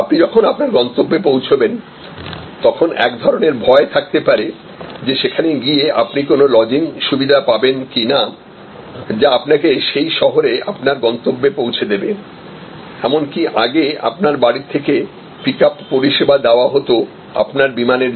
আপনি যখন আপনার গন্তব্যে পৌঁছবেন তখন এক ধরণের ভয় থাকতে পারে যে সেখানে গিয়ে আপনি কোন লজিং সুবিধা পাবেন কিনা যা আপনাকে সেই শহরে আপনার গন্তব্যে পৌঁছে দেবে এমনকি আগে আপনার বাড়ি থেকে পিক আপ পরিষেবা দেওয়া হত আপনার বিমানের জন্য